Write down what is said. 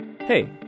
Hey